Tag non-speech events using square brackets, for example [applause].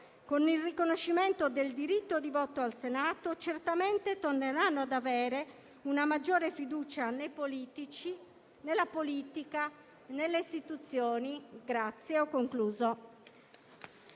Con il riconoscimento del diritto di voto al Senato certamente torneranno ad avere una maggiore fiducia nei politici, nella politica e nelle istituzioni. [applause]